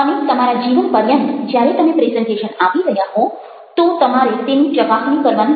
અને તમારા જીવન પર્યંત જ્યારે તમે પ્રેઝન્ટેશન આપી રહ્યા હો તો તમારે તેની ચકાસણી કરવાની જરૂર છે